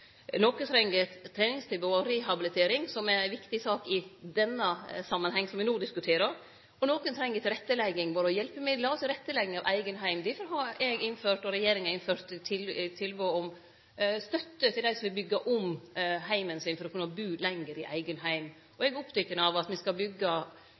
treng eit treningstilbod og rehabilitering, som er ei viktig sak i den samanhengen som me no diskuterer, og nokon treng tilrettelegging både med hjelpemiddel og i eigen heim. Derfor har regjeringa, og eg, innført tilbod om støtte til dei som vil byggje om heimen sin for å kunne bu lenger i eigen heim.